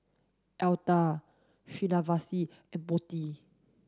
Atal Srinivasa and Potti